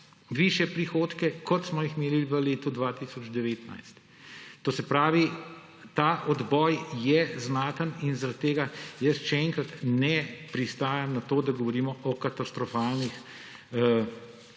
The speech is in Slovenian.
višje prihodke, kot smo jih imeli v letu 2019. To se pravi, ta odboj je znaten in zaradi tega jaz, še enkrat, ne pristajam na to, da govorimo o katastrofalnem